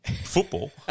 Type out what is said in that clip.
football